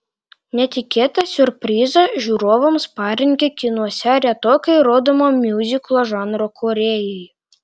netikėtą siurprizą žiūrovams parengė kinuose retokai rodomo miuziklo žanro kūrėjai